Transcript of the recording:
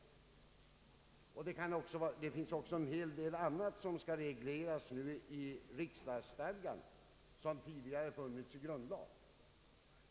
Också en hel del annat skall regleras i riksdagsstadgan vilket tidigare funnits i grundlag.